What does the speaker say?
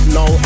no